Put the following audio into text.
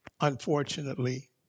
unfortunately